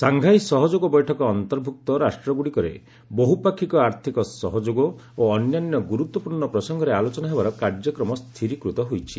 Shanghai ସହଯୋଗ ବୈଠକ ଅନ୍ତର୍ଭୁକ୍ତ ରାଷ୍ଟ୍ରଗୁଡ଼ିକରେ ବହୁପାକ୍ଷିକ ଆର୍ଥକ ସହଯୋଗ ଓ ଅନ୍ୟାନ୍ୟ ଗୁରୁତ୍ୱପୂର୍ଣ୍ଣ ପ୍ରସଙ୍ଗରେ ଆଲୋଚନା ହେବାର କାର୍ଯ୍ୟକ୍ରମ ସ୍ଥିରୀକୃତ ହୋଇଛି